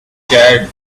charred